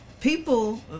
people